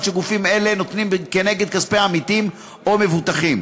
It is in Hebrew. שגופים אלה נותנים כנגד כספי עמיתים או מבוטחים.